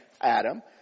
Adam